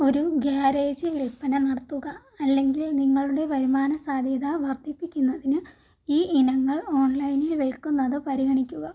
ഒരു ഗാരേജ് വില്പ്പന നടത്തുക അല്ലെങ്കിൽ നിങ്ങളുടെ വരുമാന സാധ്യത വർദ്ധിപ്പിക്കുന്നതിന് ഈ ഇനങ്ങൾ ഓൺലൈനിൽ വിൽക്കുന്നത് പരിഗണിക്കുക